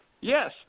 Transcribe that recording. Yes